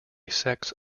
sex